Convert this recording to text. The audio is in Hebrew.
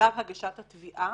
בשלב הגשת התביעה,